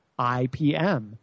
IPM